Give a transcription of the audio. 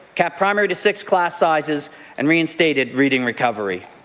kept primary to six class sizes and reinstated reading recovery.